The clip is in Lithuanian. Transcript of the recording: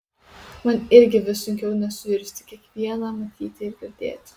man irgi vis sunkiau nesuirzti kiekvieną matyti ir girdėti